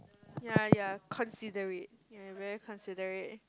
yea yea considerate be very considerate